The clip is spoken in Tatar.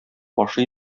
ашый